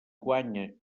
guanya